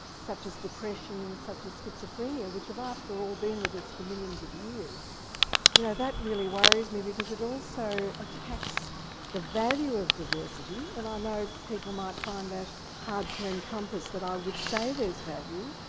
such as depression, such as schizophrenia which have after all been with us for millions of years you know that really worries me because it also attacks the value of diversity. and i know people might find that hard to encompass that i would say there's value,